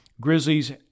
Grizzlies